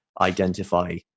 identify